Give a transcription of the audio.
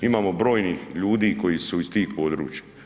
Imamo brojnih ljudi koji su iz tih područja.